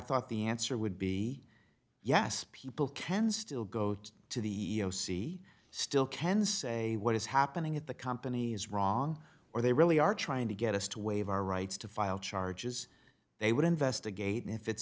thought the answer would be yes people can still go to to the see still can say what is happening at the company is wrong or they really are trying to get us to waive our rights to file charges they would investigate if it